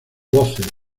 voces